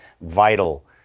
vital